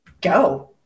Go